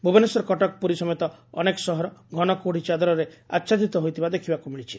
ଭୁବନେଶ୍ୱର କଟକ ପୁରୀ ସମେତ ଅନେକ ସହର ଘନ କୁହୁଡି ଚାଦରରେ ଆଛାଦିତ ହୋଇଥିବା ଦେଖିବାକୁ ମିଳିଛି